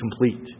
complete